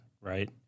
Right